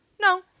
No